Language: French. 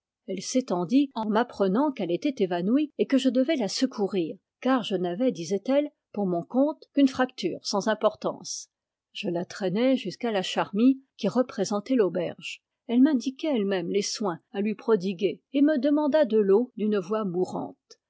elle s'étendit en m'appre nant qu'elle était évanouie et que je devais la secourir car je n'avais disait-elle pour mon compte qu'une fracture sans importance je la trainai jusqu'à la charmille qui représentait l'auberge elle m'indiquait elle-même les soins à lui prodiguer et me demanda de l'eau d'une voix mourante